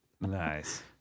Nice